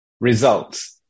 results